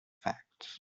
facts